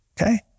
Okay